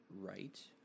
right